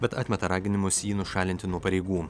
bet atmeta raginimus jį nušalinti nuo pareigų